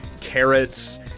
carrots